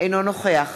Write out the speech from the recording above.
אינו נוכח